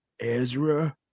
Ezra